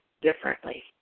differently